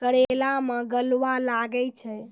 करेला मैं गलवा लागे छ?